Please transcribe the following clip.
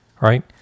right